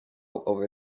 over